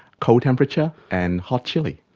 cold temperature, and hot chilli.